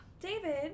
David